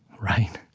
right?